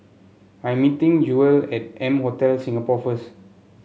I meeting Jewell at M Hotel Singapore first